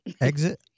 exit